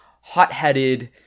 hot-headed